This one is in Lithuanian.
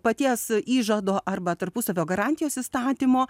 paties įžado arba tarpusavio garantijos įstatymo